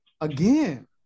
Again